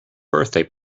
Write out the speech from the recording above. birthday